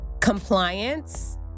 compliance